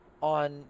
on